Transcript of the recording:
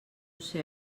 ser